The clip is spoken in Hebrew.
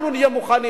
אנחנו נהיה מוכנים.